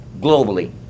globally